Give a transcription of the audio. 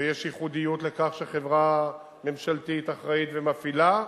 ויש ייחודיות לכך שחברה ממשלתית אחראית ומפעילה,